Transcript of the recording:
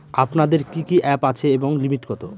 আপনাদের কি কি অ্যাপ আছে এবং লিমিট কত?